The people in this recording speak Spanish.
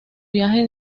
viaje